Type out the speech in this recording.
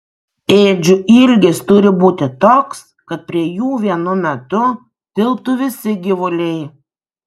ėdžių ilgis turi būti toks kad prie jų vienu metu tilptų visi gyvuliai